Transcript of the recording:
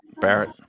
Barrett